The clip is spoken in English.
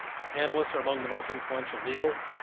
the panelists are among the most influential legal,